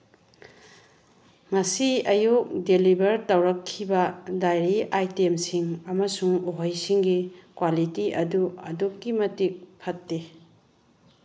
ꯉꯁꯤ ꯑꯌꯨꯛ ꯗꯦꯂꯤꯕꯔ ꯇꯧꯔꯛꯈꯤꯕ ꯗꯥꯏꯔꯤ ꯑꯥꯏꯇꯦꯝꯁꯤꯡ ꯑꯃꯁꯨꯡ ꯎꯍꯩꯁꯤꯡꯒꯤ ꯀ꯭ꯋꯥꯂꯤꯇꯤ ꯑꯗꯨ ꯑꯗꯨꯛꯀꯤ ꯃꯇꯤꯛ ꯐꯠꯇꯦ